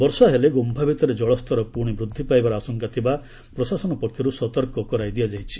ବର୍ଷା ହେଲେ ଗୁମ୍ଫା ଭିତରେ ଜଳସ୍ତର ପୁଣି ବୃଦ୍ଧି ପାଇବାର ଆଶଙ୍କା ଥିବା ପ୍ରଶାସନ ପକ୍ଷରୁ ସତର୍କ କରାଇ ଦିଆଯାଇଛି